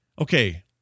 Okay